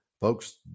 folks